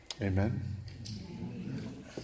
Amen